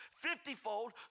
fiftyfold